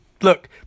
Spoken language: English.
look